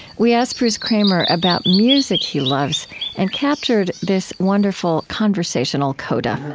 we asked bruce kramer about music he loves and captured this wonderful conversational coda